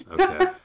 Okay